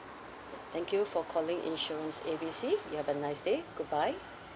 thank you for calling insurance A B C you have a nice day goodbye